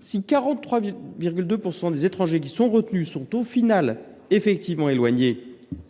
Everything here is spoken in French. Si 43,2 % des étrangers qui sont retenus sont au final effectivement éloignés